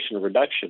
Reduction